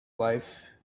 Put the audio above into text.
life